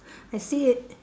I see it